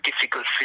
difficult